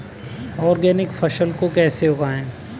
Organic फसल को कैसे उगाएँ?